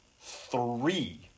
three